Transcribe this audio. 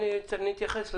נתייחס לזה.